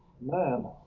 Man